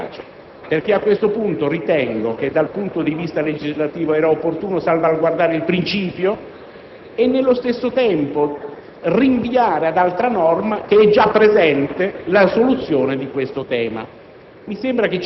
A me spiace, perché a questo punto ritengo che dal punto di vista legislativo fosse opportuno salvaguardare il principio e, nello stesso tempo, rinviare ad altra norma, che è già presente, la soluzione del tema.